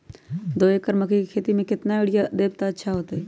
दो एकड़ मकई के खेती म केतना यूरिया देब त अच्छा होतई?